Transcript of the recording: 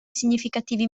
significativi